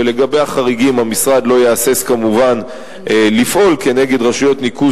ולגבי החריגים המשרד לא יהסס כמובן לפעול כנגד רשויות ניקוז